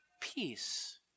peace